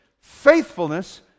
faithfulness